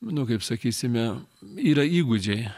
nu kaip sakysime yra įgūdžiai